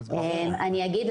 אני אפתיע אותך.